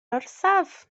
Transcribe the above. orsaf